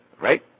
right